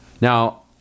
now